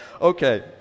Okay